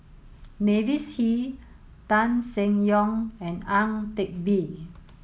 Mavis Hee Tan Seng Yong and Ang Teck Bee